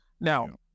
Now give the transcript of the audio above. Now